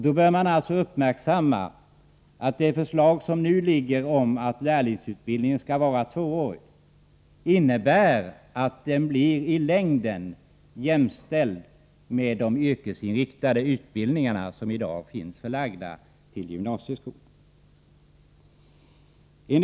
Då bör man alltså uppmärksamma att det förslag som nu föreligger om att lärlingsutbildningen skall var tvåårig innebär att den i längden blir jämställd med den yrkesinriktade utbildning som är förlagd till gymnasieskolan.